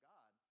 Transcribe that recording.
God